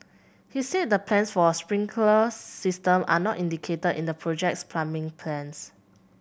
he said the plans for a sprinkler system are not indicated in the project's plumbing plans